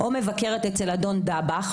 או מבקרת אצל אדון דבאח,